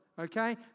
okay